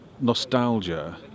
nostalgia